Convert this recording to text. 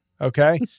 Okay